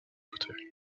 fauteuil